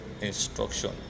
instruction